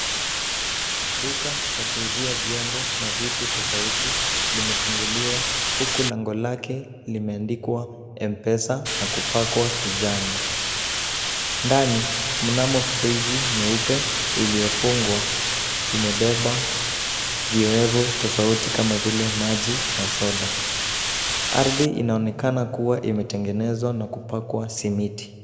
Duka la kuuzia vyombo na vitu tofauti limefunguliwa huku lango lake limeandikwa Mpesa na kupakwa kijani. Ndani mnamo friji nyeupe iliyofungwa. Imebeba viowevu tofauti kama vile maji na soda. Ardhi inaonekana kuwa imetengenezwa na kupakwa simiti.